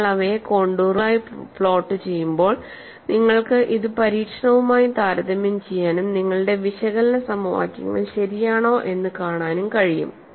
നിങ്ങൾ അവയെ കോൺടൂറുകളായി പ്ലോട്ട് ചെയ്യുമ്പോൾ നിങ്ങൾക്ക് ഇത് പരീക്ഷണവുമായി താരതമ്യം ചെയ്യാനും നിങ്ങളുടെ വിശകലന സമവാക്യങ്ങൾ ശരിയാണോ എന്ന് കാണാനും കഴിയും